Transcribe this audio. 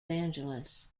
angeles